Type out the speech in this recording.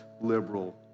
liberal